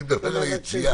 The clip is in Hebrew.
אני מדבר על היציאה.